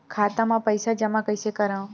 खाता म पईसा जमा कइसे करव?